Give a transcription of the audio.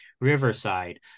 Riverside